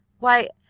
why,